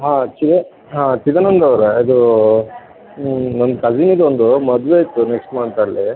ಹಾಂ ಚಿದ ಹಾಂ ಚಿದಾನಂದ್ ಅವರಾ ಇದು ನಂದು ಕಸಿನಿದೊಂದು ಮದುವೆ ಇತ್ತು ನೆಕ್ಸ್ಟ್ ಮಂತಲ್ಲಿ